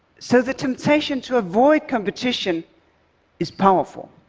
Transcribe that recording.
so the temptation to avoid competition is powerful.